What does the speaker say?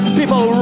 people